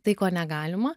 tai ko negalima